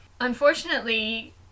Unfortunately